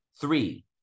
Three